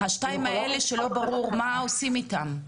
השניים האלה שלא נפתחו, מה עושים איתם?